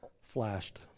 flashed